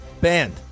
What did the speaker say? banned